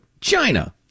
China